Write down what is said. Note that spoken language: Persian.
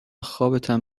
خوابتم